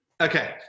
Okay